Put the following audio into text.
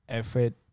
effort